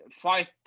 fight